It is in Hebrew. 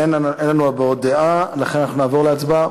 אין לנו הבעות דעה, לכן אנחנו נעבור להצבעה.